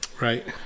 Right